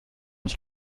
ich